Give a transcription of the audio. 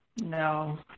No